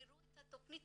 תראו את התוכנית,